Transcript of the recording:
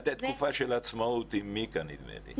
הייתה תקופה של עצמאות עם מיקה, נדמה לי.